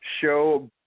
show